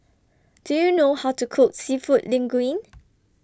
Do YOU know How to Cook Seafood Linguine